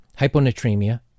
hyponatremia